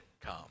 come